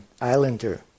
Islander